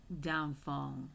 downfall